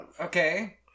Okay